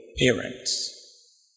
parents